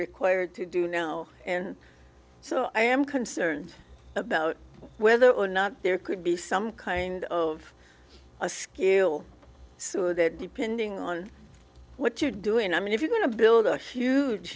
required to do now and so i am concerned about whether or not there could be some kind of a scale so that depending on what you're doing i mean if you're going to build a huge